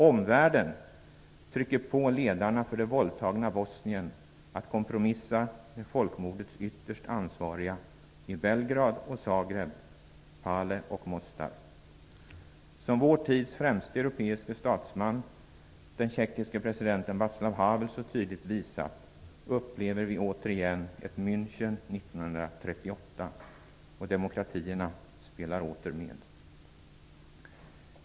Omvärlden trycker på ledarna för det våldtagna Bosnien att kompromissa med folkmordets ytterst ansvariga i Belgrad och Zagreb, Pale och Mostar. Som vår tids främste europeiska statsman, den tjeckiske presidenten Vaclav Havel, så tydligt visat upplever vi återigen ett München 1938 -- och demokratierna spelar åter med.